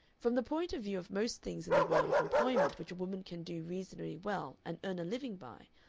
from the point of view of most things in the world of employment which a woman can do reasonably well and earn a living by,